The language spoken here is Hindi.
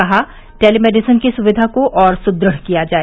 कहा टेलीमेडिसिन की सुविधा को और सुदृढ़ किया जाए